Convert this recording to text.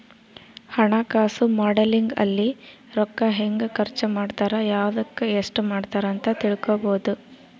ಹಣಕಾಸು ಮಾಡೆಲಿಂಗ್ ಅಲ್ಲಿ ರೂಕ್ಕ ಹೆಂಗ ಖರ್ಚ ಮಾಡ್ತಾರ ಯವ್ದುಕ್ ಎಸ್ಟ ಮಾಡ್ತಾರ ಅಂತ ತಿಳ್ಕೊಬೊದು